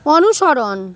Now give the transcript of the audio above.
অনুসরণ